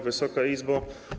Wysoka Izbo!